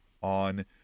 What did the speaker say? on